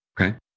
Okay